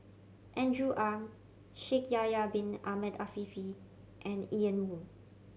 Andrew Ang Shaikh Yahya Bin Ahmed Afifi and Ian Woo